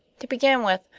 to begin with,